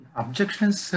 objections